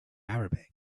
arabic